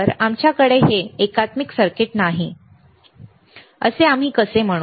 तर आमच्याकडे हे एकात्मिक सर्किट नाहीत असे आम्ही कसे म्हणू